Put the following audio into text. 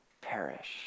perish